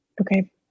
Okay